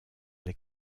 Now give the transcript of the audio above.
les